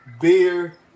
Beer